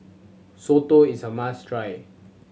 soto is a must try